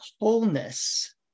wholeness